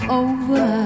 over